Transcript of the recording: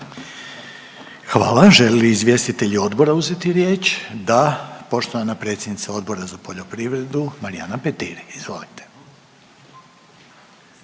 Hvala. Žele li izvjestitelji odbora uzeti riječ? Da, poštovana predsjednica Odbora za poljoprivredu Marijana Petir. Izvolite.